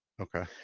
Okay